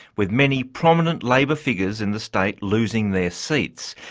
with many prominent labor figures in the state losing their seats.